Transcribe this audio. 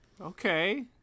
Okay